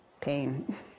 pain